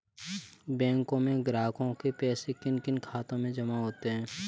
बैंकों में ग्राहकों के पैसे किन किन खातों में जमा होते हैं?